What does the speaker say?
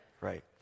Right